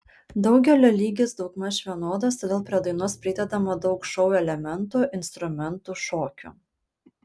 daugelio lygis daugmaž vienodas todėl prie dainos pridedama daug šou elementų instrumentų šokių